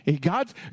God's